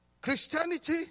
Christianity